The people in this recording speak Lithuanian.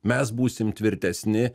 mes būsim tvirtesni